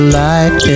light